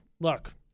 look